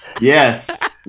Yes